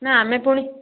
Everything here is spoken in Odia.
ନାଁ ଆମେ ପୁଣି